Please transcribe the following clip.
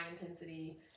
intensity